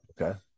okay